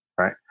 right